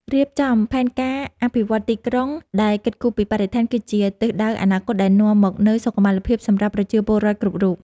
រៀបចំផែនការអភិវឌ្ឍទីក្រុងដែលគិតគូរពីបរិស្ថានគឺជាទិសដៅអនាគតដែលនាំមកនូវសុខុមាលភាពសម្រាប់ប្រជាពលរដ្ឋគ្រប់រូប។